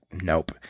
nope